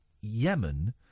Yemen